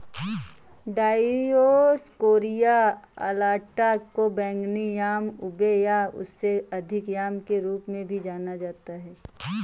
Dioscorea alata को बैंगनी yam ube या उससे अधिक याम के रूप में भी जाना जाता है